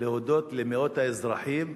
להודות למאות האזרחים,